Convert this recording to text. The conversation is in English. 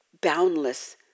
boundless